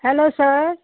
hello sir